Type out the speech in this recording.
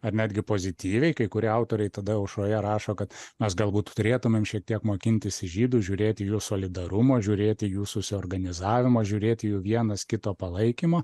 ar netgi pozityviai kai kurie autoriai tada aušroje rašo kad mes galbūt turėtumėm šiek tiek mokintis iš žydų žiūrėti į jų solidarumą žiūrėti jų susiorganizavimą žiūrėti į jų vienas kito palaikymo